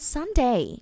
Sunday